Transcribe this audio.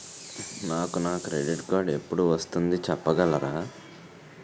నాకు నా credit card ఎపుడు వస్తుంది చెప్పగలరా?